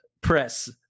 press